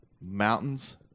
Mountains